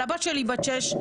על הבת שלי בת השש,